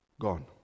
Gone